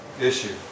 issue